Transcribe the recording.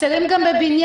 חסרים גם בבניין.